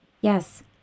Yes